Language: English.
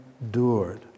endured